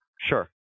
sure